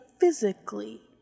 physically